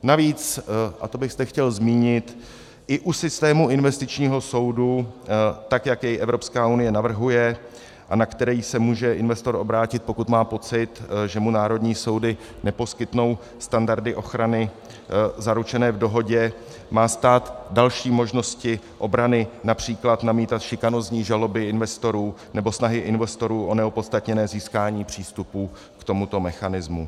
Navíc, a to bych zde chtěl zmínit, i u systému investičního soudu, tak jak jej Evropská unie navrhuje a na který se může investor obrátit, pokud má pocit, že mu národní soudy neposkytnou standardy ochrany zaručené v dohodě, má stát další možnosti obrany, například namítat šikanózní žaloby investorů nebo snahy investorů o neopodstatněné získání přístupu k tomuto mechanismu.